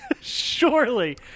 Surely